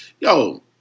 Yo